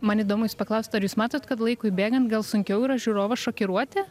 man įdomu jūsų paklaust ar jūs matot kad laikui bėgant gal sunkiau yra žiūrovą šokiruoti